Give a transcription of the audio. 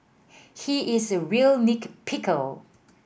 he is a real nit picker